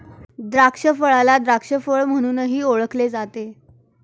द्राक्षफळाला द्राक्ष फळ म्हणूनही ओळखले जाते